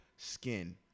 skin